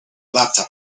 laptop